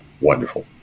wonderful